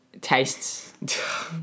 tastes